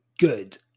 good